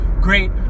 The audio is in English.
great